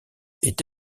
est